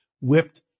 whipped